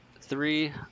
three